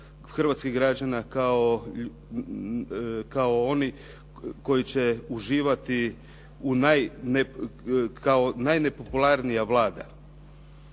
hrvatskih građana kao oni koji će uživati kao najpopularnija Vlada.